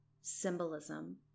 symbolism